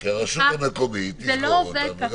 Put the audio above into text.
ברור, כי הרשות המקומית תסגור אותם וגמרנו.